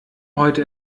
heute